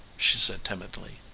she said timidly.